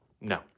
No